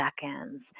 seconds